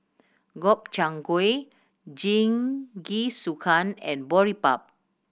Gobchang Gui Jingisukan and Boribap